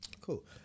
Cool